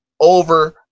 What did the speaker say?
over